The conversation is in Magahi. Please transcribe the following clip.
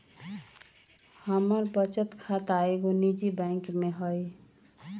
हमर बचत खता एगो निजी बैंक में हइ